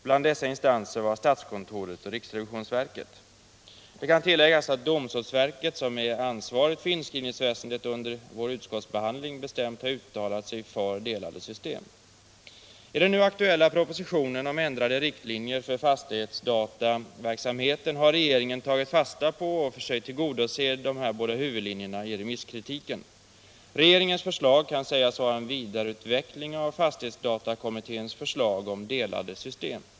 Bland dessa instanser var statskontoret och riksrevisionsverket. Det kan tilläggas att domstolsverket, som är ansvarigt för inskrivningsväsendet, under utskottsbehandlingen bestämt har uttalat sig för delade system. I den nu aktuella propositionen om ändrade riktlinjer för fastighetsdataverksamheten har regeringen tagit fasta på och försökt tillgodose dessa båda huvudlinjer i remisskritiken. Regeringens förslag kan sägas vara en vidareutveckling av fastighetsdatakommitténs förslag om delade system.